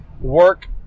work